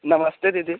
नमस्ते दीदी